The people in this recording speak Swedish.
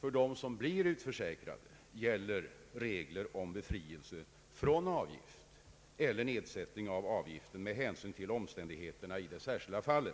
För dem som blir utförsäkrade gäller regeln om befrielse från avgift eller nedsättning av avgift med hänsyn till omständigheterna i de särskilda fallen.